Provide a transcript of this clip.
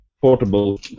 portable